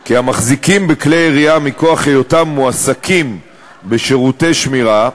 כי המחזיקים בכלי ירייה מכוח היותם מועסקים בשירותי שמירה,